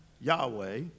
Yahweh